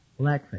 Blackface